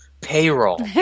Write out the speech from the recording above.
payroll